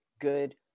Good